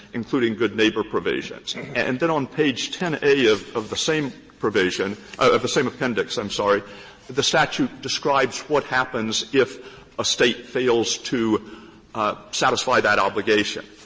including good neighbor provisions. and then on page ten a of of the same provision of the same appendix, i'm sorry the statute describes what happens if a state fails to ah satisfy that obligation.